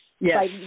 Yes